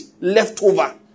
Leftover